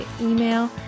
email